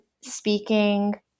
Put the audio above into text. speaking